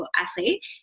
athlete